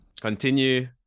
continue